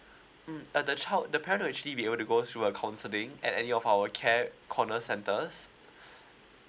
mm uh the child the parent will actually be able to go through a counseling at any of our cap corner centers